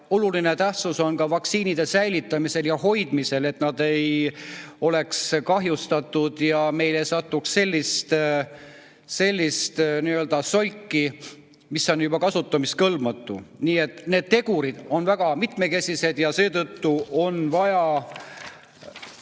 oluline tähtsus on ka vaktsiinide säilitamisel ja hoidmisel, et nad ei oleks kahjustatud ja meile ei satuks sellist solki, mis on juba kasutamiskõlbmatu. Nii et need tegurid on väga mitmekesised ja seetõttu on vaja